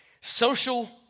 Social